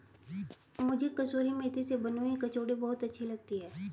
मुझे कसूरी मेथी से बनी हुई कचौड़ी बहुत अच्छी लगती है